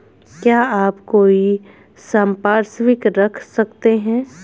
क्या आप कोई संपार्श्विक रख सकते हैं?